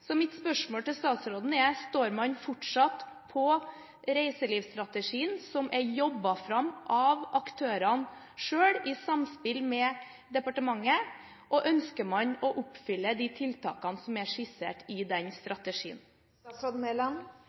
Så mitt spørsmål til statsråden er: Står man fortsatt på reiselivsstrategien som er jobbet fram av aktørene selv, i samspill med departementet, og ønsker man å oppfylle de tiltakene som er skissert i den